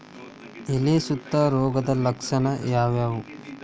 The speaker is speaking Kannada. ಎಲೆ ಸುತ್ತು ರೋಗದ ಲಕ್ಷಣ ಯಾವ್ಯಾವ್?